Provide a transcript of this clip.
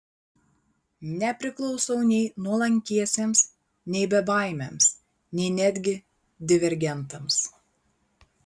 nepriklausau nei nuolankiesiems nei bebaimiams nei netgi divergentams